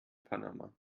panama